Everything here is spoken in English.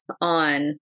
on